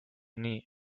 nii